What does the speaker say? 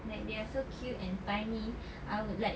like they are so cute and tiny I would like